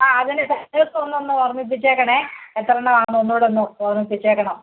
ആ അതിൻ്റെ സംഖ്യത്തൊന്നൊന്ന് ഒന്ന് ഓർമിപ്പിച്ചേക്കണേ എത്ര എണ്ണമാണെന്ന് ഒന്നു കൂടെയൊന്ന് ഓർമിപ്പിച്ചേക്കണം